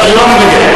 מקובל עלי.